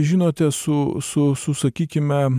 žinote su su su sakykime